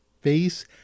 face